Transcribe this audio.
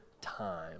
time